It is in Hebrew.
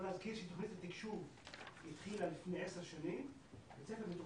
אני חייב להזכיר שתוכנית התקשוב התחילה לפני עשר שנים,